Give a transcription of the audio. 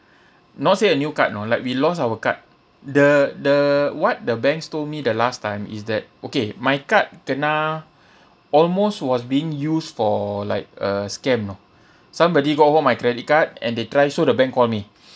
not say a new card you know like we lost our card the the what the banks told me the last time is that okay my card kena almost was being used for like a scam you know somebody got hold of my credit card and they try so the bank call me